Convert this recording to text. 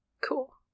Cool